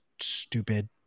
stupid